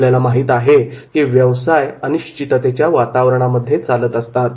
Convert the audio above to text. आपल्याला माहित आहे की व्यवसाय अनिश्चिततेच्या वातावरणामध्ये चालत असतात